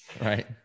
Right